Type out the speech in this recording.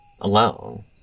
alone